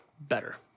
better